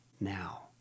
Now